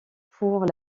pour